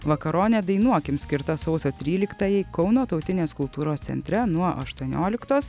vakaronė dainuokim skirta sausio tryliktajai kauno tautinės kultūros centre nuo aštuonioliktos